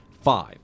Five